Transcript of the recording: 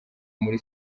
muri